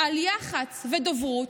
על יח"צ ודוברות,